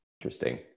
Interesting